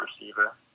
receiver